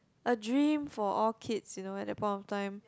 a dream for all kids you know at that point in time